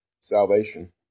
salvation